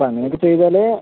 അപ്പോൾ അങ്ങനെ ഒക്കെ ചെയ്താലെ